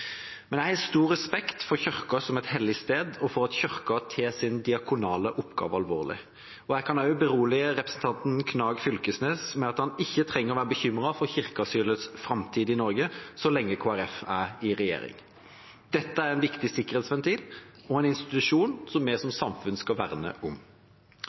Jeg har stor respekt for Kirken som et hellig sted, og for at Kirken tar sin diakonale oppgave alvorlig. Jeg kan også berolige representanten Knag Fylkesnes med at han ikke trenger å være bekymret for kirkeasylets framtid i Norge så lenge Kristelig Folkeparti er i regjering. Dette er en viktig sikkerhetsventil og en institusjon som vi som samfunn skal verne om.